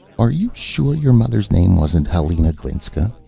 are you sure your mother's name wasn't helena glinska?